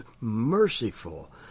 merciful